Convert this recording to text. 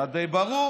היה די ברור